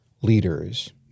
leaders